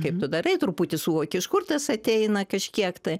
kaip tu darai truputį suvoki iš kur tas ateina kažkiek tai